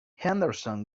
henderson